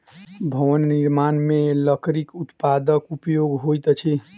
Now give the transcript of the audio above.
भवन निर्माण मे लकड़ीक उत्पादक उपयोग होइत अछि